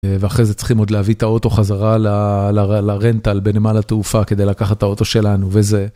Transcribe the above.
ואחרי זה צריכים עוד להביא את האוטו חזרה לרנטה בנמל התעופה כדי לקחת את האוטו שלנו, וזה